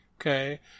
Okay